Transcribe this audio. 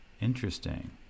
Interesting